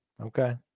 Okay